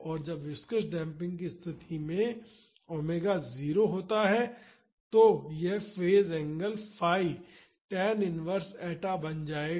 और जब viscous damping कि स्तिथि में ओमेगा 0 होता है तो फेज़ एंगल 0 होता है लेकिन रेट इंडिपेंडेंट डेम्पिंग कि स्तिथि में यदि ओमेगा 0 के बराबर है तो यह phase angle phi tan inverse eta बन जाएगा